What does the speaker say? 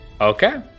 Okay